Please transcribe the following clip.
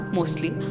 Mostly